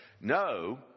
no